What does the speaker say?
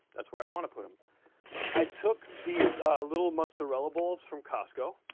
that's where i want to put them i took these little mozzarella balls from costco